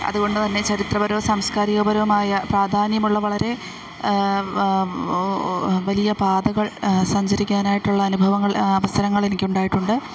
അതുകൊണ്ടുതന്നെ ചരിത്രപരവും സാംസ്കാരികപരവുമായ പ്രാധാന്യമുള്ള വളരെ വലിയ പാതകൾ സഞ്ചരിക്കാനായിട്ടുള്ള അനുഭവങ്ങൾ അവസരങ്ങൾ എനിക്ക് ഉണ്ടായിട്ടുണ്ട്